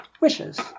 wishes